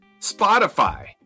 Spotify